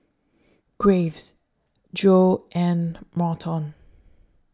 Graves Joye and Merton